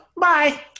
Bye